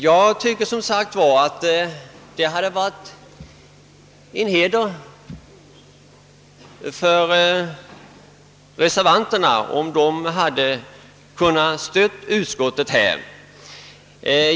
Jag tycker som sagt att det skulle ha varit en heder för reservanterna om de hade ansett sig kunna stödja utskottet.